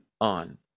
on